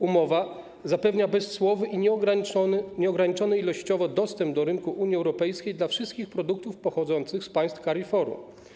Umowa zapewnia bezcłowy i nieograniczony ilościowo dostęp do rynku Unii Europejskiej dla wszystkich produktów pochodzących z państw CARIFORUM.